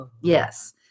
Yes